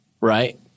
right